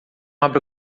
abra